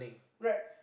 right